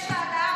יש העלאה,